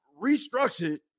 restructured